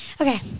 okay